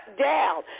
down